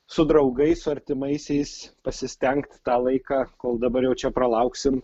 su draugais su artimaisiais pasistengt tą laiką kol dabar jau čia pralauksim